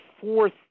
fourth